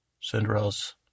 Cinderella's